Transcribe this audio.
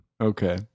okay